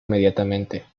inmediatamente